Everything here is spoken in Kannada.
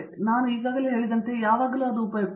ಆದ್ದರಿಂದ ನಾವು ಈಗಾಗಲೇ ಹೇಳಿದಂತೆ ಅದು ಯಾವಾಗಲೂ ಬಹಳ ಉಪಯುಕ್ತ